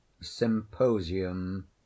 symposium